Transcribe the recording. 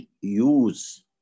use